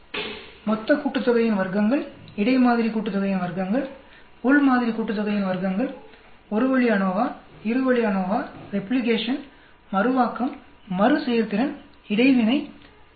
முக்கிய சொற்கள் மொத்த கூட்டுத்தொகையின் வர்க்கங்கள் இடை மாதிரி கூட்டுத்தொகையின் வர்க்கங்கள் உள் மாதிரி கூட்டுத்தொகையின் வர்க்கங்கள் ஒரு வழி அநோவா இரு வழி அநோவா ரெப்ளிகேஷன் மறுவாக்கம் மறுசெயற்திறன் இடைவினை கூட்டுத்தன்மை